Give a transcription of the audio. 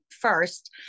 first